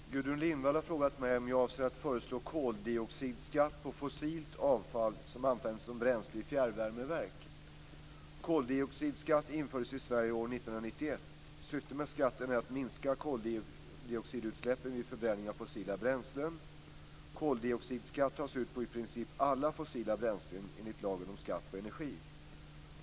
Fru talman! Gudrun Lindvall har frågat mig om jag avser föreslå koldioxidskatt på fossilt avfall som används som bränsle i fjärrvärmeverk. Koldioxidskatt infördes i Sverige år 1991. Syftet med skatten är att minska koldioxidutsläppen vid förbränning av fossila bränslen. Koldioxidskatt tas ut på i princip alla fossila bränslen enligt lagen om skatt på energi.